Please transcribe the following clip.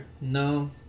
no